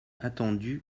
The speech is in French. attendu